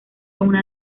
una